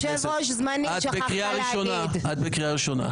את בקריאה ראשונה.